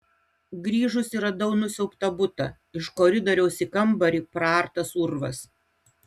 grįžusi radau nusiaubtą butą iš koridoriaus į kambarį praartas urvas